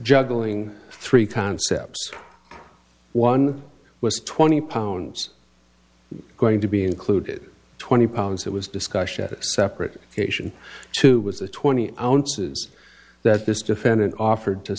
juggling three concepts one was twenty pounds going to be included twenty pounds it was discussion separate cation two was the twenty ounces that this defendant offered to